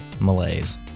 malaise